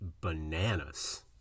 bananas